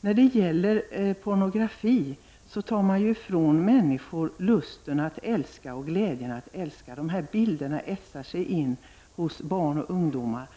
Genom pornografi tar man ifrån människor lusten och glädjen att älska. Pornografibilderna etsar sig in hos barn och ungdomar.